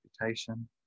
reputation